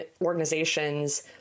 organizations